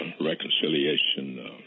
reconciliation